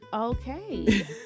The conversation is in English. Okay